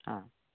ആ